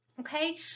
okay